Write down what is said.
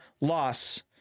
loss